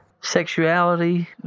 sexuality